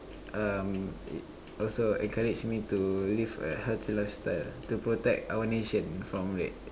um also encourage to live a healthy lifestyle to protect our nation from it